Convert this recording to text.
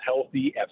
healthy